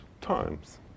times